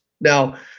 Now